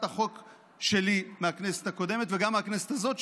החוק שלי מהכנסת הקודמת וגם מהכנסת הזאת,